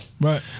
Right